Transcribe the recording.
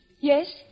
Yes